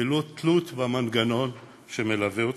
ללא תלות במנגנון שמלווה אותו.